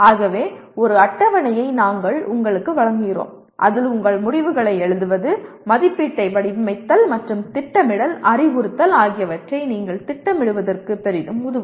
ஆகவே ஒரு அட்டவணையை நாங்கள் உங்களுக்கு வழங்குகிறோம் அதில் உங்கள் முடிவுகளை எழுதுவது மதிப்பீட்டை வடிவமைத்தல் மற்றும் திட்டமிடல் அறிவுறுத்தல் ஆகியவற்றை நீங்கள் திட்டமிடுவதற்கு பெரிதும் உதவும்